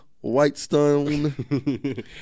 Whitestone